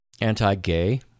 anti-gay